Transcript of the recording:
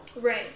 Right